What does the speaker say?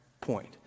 point